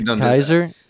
Kaiser